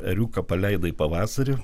ėriuką paleido į pavasarį